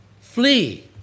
flee